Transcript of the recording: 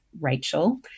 Rachel